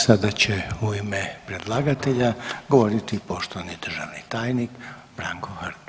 Sada će u ime predlagatelja govoriti poštovani državni tajnik Branko Hrg.